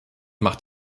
macht